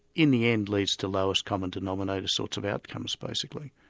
in the end, leads to lowest common denominator sorts of outcomes, basically.